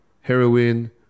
heroin